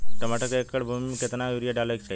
टमाटर के एक एकड़ भूमि मे कितना यूरिया डाले के चाही?